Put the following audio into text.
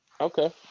Okay